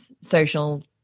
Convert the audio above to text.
social